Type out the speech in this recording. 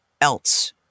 else